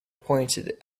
pointed